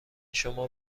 شما